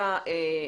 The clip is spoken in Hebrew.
בדצמבר.